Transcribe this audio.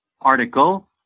article